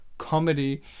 comedy